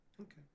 Okay